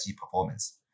performance